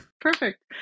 Perfect